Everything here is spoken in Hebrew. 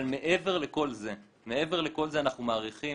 מעבר לכל זה אנחנו מעריכים